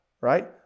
Right